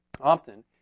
Often